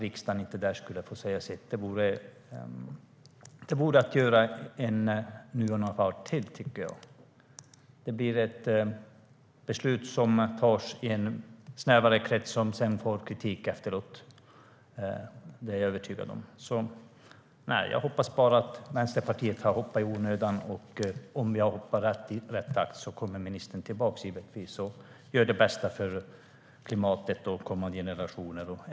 Jag tycker att det vore som en Nuonaffär till. Ett beslut som fattas i en snävare krets får kritik efteråt. Det är jag övertygad om. Jag hoppas bara att Vänsterpartiet har hoppat i förväg i onödan. Om jag hoppar i rätt takt kommer ministern tillbaka och gör det bästa för klimatet och kommande generationer.